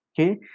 Okay